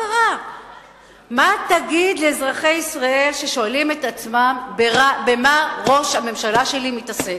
מה תגיד לאזרחי ישראל ששואלים את עצמם: במה ראש הממשלה שלי מתעסק?